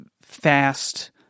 fast